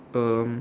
um